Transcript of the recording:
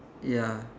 ya